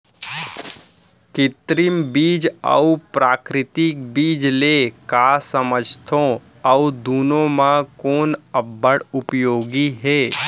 कृत्रिम बीज अऊ प्राकृतिक बीज ले का समझथो अऊ दुनो म कोन अब्बड़ उपयोगी हे?